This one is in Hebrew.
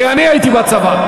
כי אני הייתי בצבא.